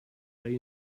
day